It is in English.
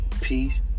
Peace